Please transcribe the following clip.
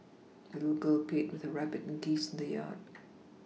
the little girl played with her rabbit and geese in the yard